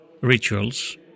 rituals